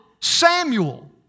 Samuel